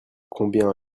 combien